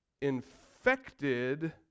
infected